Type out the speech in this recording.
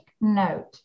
note